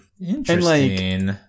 Interesting